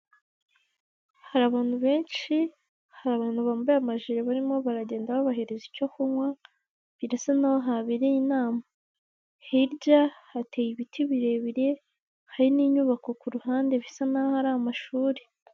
Hari abantu benshi, hari abantu bambaye amajire barimo baragenda babahereza icyo kunywa, birasa naho habereye inama, hirya hateye ibiti birebire, hari n'inyubako ku ruhande bisa naho ari amashuri.